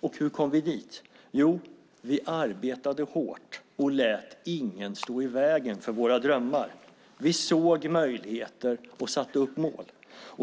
Och hur kom vi dit? Jo, vi arbetade hårt och lät ingen stå i vägen för våra drömmar. Vi såg möjligheter och satte upp mål.